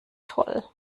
toll